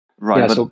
Right